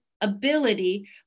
ability